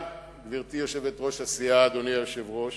גברתי יושבת-ראש הסיעה, אדוני היושב-ראש,